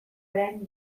orain